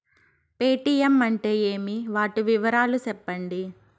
Paytm అంటే ఏమి, వాటి వివరాలు సెప్పండి?